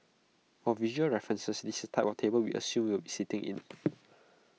for visual references this is type of table we assume you will be sitting in